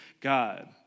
God